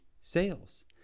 sales